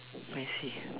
I see